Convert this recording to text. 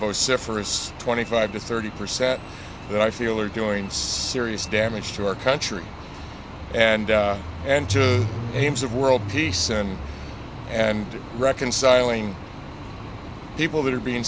vociferous twenty five to thirty percent that i feel are doing serious damage to our country and and aims of world peace and and reconciling people that are being